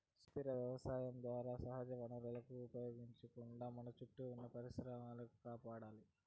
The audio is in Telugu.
సుస్థిర వ్యవసాయం ద్వారా సహజ వనరులను వినియోగించుకుంటూ మన చుట్టూ ఉన్న పర్యావరణాన్ని కాపాడాలి